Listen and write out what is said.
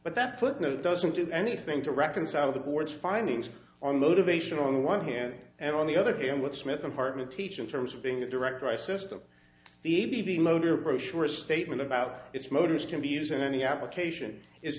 but that footnote doesn't do anything to reconcile the board's findings on motivation on the one hand and on the other hand what smith apartment teach in terms of being a director i system the a b b motor brochure statement about its motors can be used in any application is